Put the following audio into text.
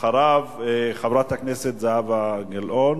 אחריו, חברת הכנסת זהבה גלאון.